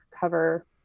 cover